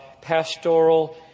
pastoral